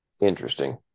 interesting